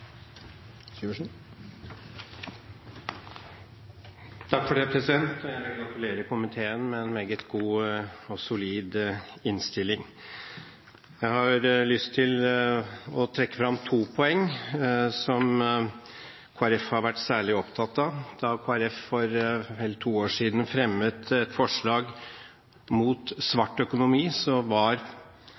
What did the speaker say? tjenesteleverandører i Norge i framtida. Jeg vil gratulere komiteen med en meget god og solid innstilling. Jeg har lyst til å trekke fram to poeng, som Kristelig Folkeparti har vært særlig opptatt av. Da Kristelig Folkeparti for to år siden fremmet et forslag mot svart økonomi,